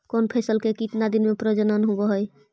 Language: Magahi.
कौन फैसल के कितना दिन मे परजनन होब हय?